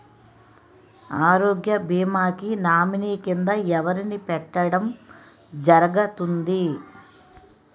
ఆరోగ్య భీమా కి నామినీ కిందా ఎవరిని పెట్టడం జరుగతుంది?